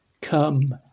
Come